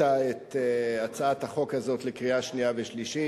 את הצעת החוק הזאת לקריאה שנייה ושלישית.